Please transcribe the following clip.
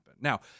Now